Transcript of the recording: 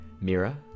Mira